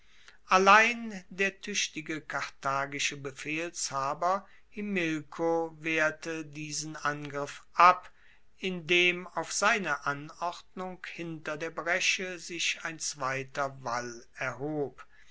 allein der tuechtige karthagische befehlshaber himilko wehrte diesen angriff ab indem auf seine anordnung hinter der bresche sich ein zweiter wall erhob